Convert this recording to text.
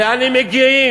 לאם הם מגיעים?